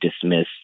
dismiss